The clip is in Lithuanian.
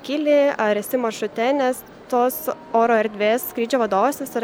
kyli ar esi maršrute nes tos oro erdvės skrydžio vadovas jis yra